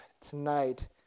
tonight